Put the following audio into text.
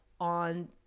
on